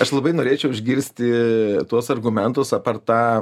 aš labai norėčiau išgirsti tuos argumentus apart tą